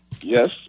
Yes